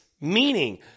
meaning